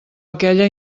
aquella